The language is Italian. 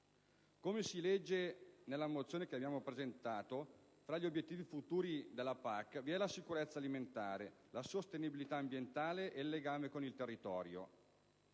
Come si legge nella mozione che abbiamo presentato, tra gli obiettivi futuri della PAC vi è la sicurezza alimentare, la sostenibilità ambientale e il legame con il territorio.